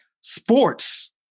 Sports